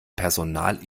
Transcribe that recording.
personal